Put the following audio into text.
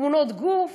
תמונות גוף,